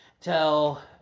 tell